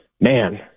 Man